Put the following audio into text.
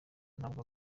ntabwo